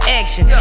action